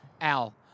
Al